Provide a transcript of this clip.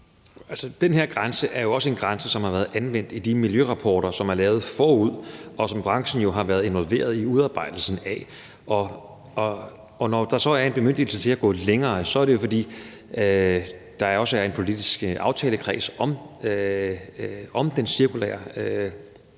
Den her grænse er jo også en grænse, som har været anvendt i de miljørapporter, som er lavet forud, og som branchen jo har været involveret i udarbejdelsen af. Når der så er en bemyndigelse til at gå længere, er det jo, fordi der også er en politisk aftalekreds om den cirkulære